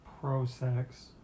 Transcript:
Pro-sex